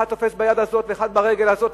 אחד תופס ביד הזאת ואחד ברגל הזאת,